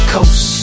Coast